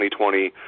2020